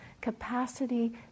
capacity